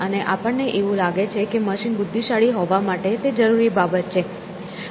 અને આપણને એવું લાગે છે કે મશીન બુદ્ધિશાળી હોવા માટે તે જરૂરી બાબત છે